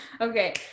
Okay